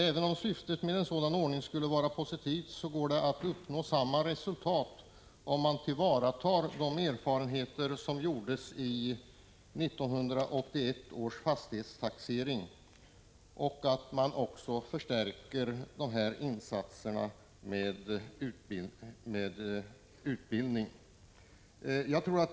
Även om syftet med en sådan ordning skulle vara positivt, går det att uppnå samma resultat, om man tillvaratar erfarenheterna av 1981 års fastighetstaxering och samtidigt förstärker med utbildningsinsatser.